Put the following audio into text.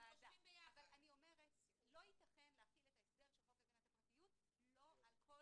אבל אני אומרת: לא ייתכן להחיל את ההסדר של חוק הגנת הפרטיות לא על כל